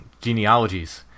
genealogies